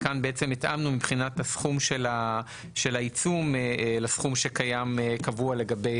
כאן התאמנו מבחינת הסכום של העיצום לסכום שקבוע לגבי